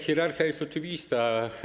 Hierarchia jest oczywista.